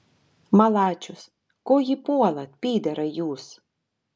malačius ko jį puolat pyderai jūs